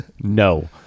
No